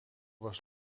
was